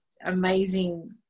amazing